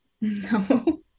No